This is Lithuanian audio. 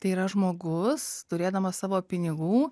tai yra žmogus turėdamas savo pinigų